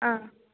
ആ